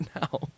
now